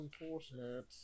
unfortunate